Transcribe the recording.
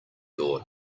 door